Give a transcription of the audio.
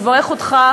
ולברך אותך,